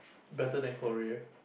better than Korea